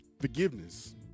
forgiveness